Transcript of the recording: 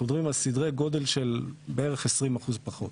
אנחנו מדברים על סדרי גודל של בערך 20% פחות.